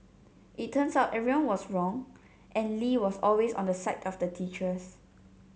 it turns out everyone was wrong and Lee was always on the side of the teachers